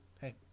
hey